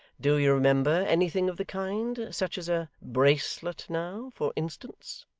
do you remember anything of the kind such as a bracelet now, for instance